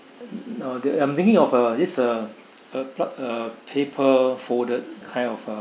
uh I'm thinking of uh this uh a plug a paper folded kind of uh